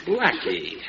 Blackie